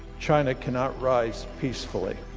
china cannot rise peacefully.